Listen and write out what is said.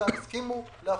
חלקן הסכימו להפריד.